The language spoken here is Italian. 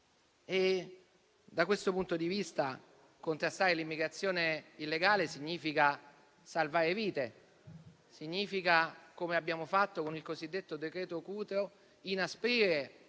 Da questo punto di vista, contrastare l'immigrazione illegale significa salvare vite e, come abbiamo fatto con il cosiddetto decreto Cutro, inasprire